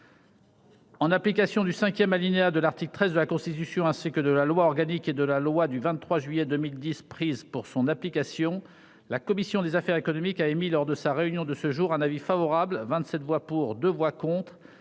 En application du cinquième alinéa de l'article 13 de la Constitution, ainsi que de la loi organique et de la loi du 23 juillet 2010 prises pour son application, la commission des affaires économiques a émis, lors de sa réunion de ce jour, un avis favorable- 27 voix pour, 2 voix contre